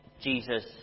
Jesus